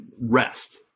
rest